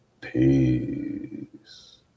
peace